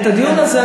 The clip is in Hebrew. את הדיון הזה,